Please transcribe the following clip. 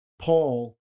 Paul